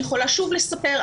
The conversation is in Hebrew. אני יכולה שוב לספר,